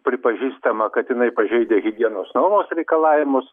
pripažįstama kad jinai pažeidė higienos normos reikalavimus